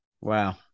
Wow